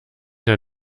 der